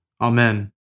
Amen